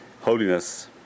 holiness